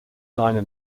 liner